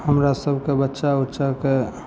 हमरासबके बच्चा उच्चाके